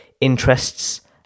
interests